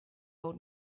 old